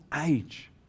age